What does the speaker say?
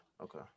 Okay